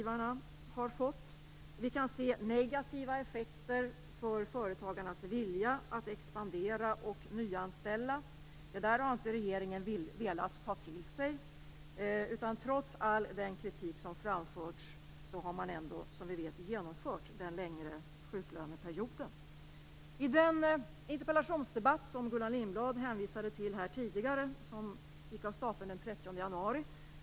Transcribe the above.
Vi kan se att det har blivit negativa effekter när det gäller företagarnas vilja att expandera och nyanställa. Det har regeringen inte velat ta till sig. Trots all kritik som framförts har man genomfört en förlängning av sjuklöneperioden. Gullan Lindblad hänvisade tidigare till den interpellationsdebatt som ägde rum den 30 januari.